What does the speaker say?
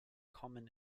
common